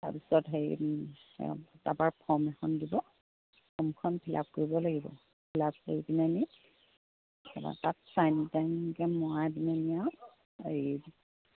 তাৰপিছত হেৰি তাৰ পৰা ফৰ্ম এখন দিব ফৰ্মখন ফিল আপ কৰিব লাগিব ফিল আপ কৰি পিলেনি তাৰপৰা তাত চাইন টাইনকে মৰাই পিলেনি আৰু হেৰি